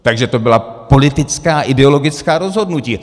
Takže to byla politická, ideologická rozhodnutí.